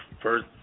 first